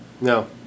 no